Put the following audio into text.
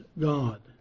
God